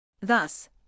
Thus